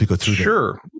Sure